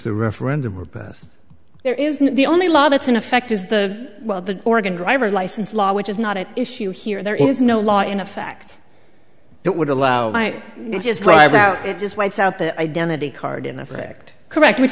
the referendum or pass there is no the only law that's in effect is the well the oregon driver's license law which is not at issue here there is no law in effect that would allow i just drive out it just wipes out the identity card in effect correct which